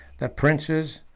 the princes,